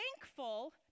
thankful